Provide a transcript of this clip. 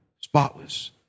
spotless